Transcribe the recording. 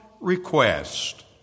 request